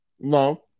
No